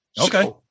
Okay